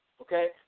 Okay